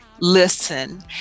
Listen